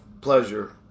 pleasure